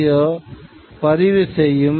மோசமான வானிலையில் இது சரியாக வேலை செய்யாது